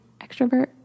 extrovert